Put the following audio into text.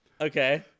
Okay